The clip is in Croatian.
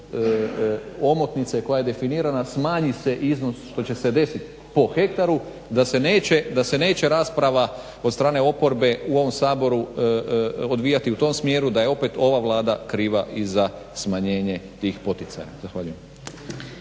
omotnice koja je definirana smanji se iznos što će se desiti po hektaru da se neće rasprava od strane oporbe u ovom Saboru odvijati u tom smjeru da je opet ova Vlada kriva i za smanjenje tih poticaja. Zahvaljujem.